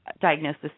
diagnosis